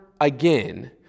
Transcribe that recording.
again